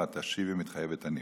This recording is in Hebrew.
ואת תשיבי: מתחייבת אני.